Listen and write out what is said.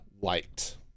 liked